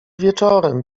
wieczorem